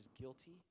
guilty